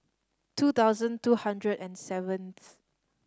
two thousand two hundred and seventh